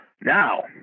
Now